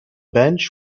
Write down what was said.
bench